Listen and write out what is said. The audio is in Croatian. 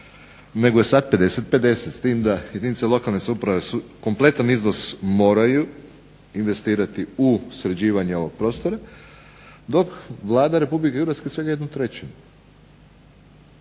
nego je sada 50-50. s tim da jedinice lokalne samouprave kompletan iznos moraju investirati u sređivanje ovog prostora dok Vlada Republike Hrvatske svega jednu trećinu.